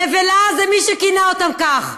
נבלה זה מי שכינה אותם כך.